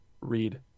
read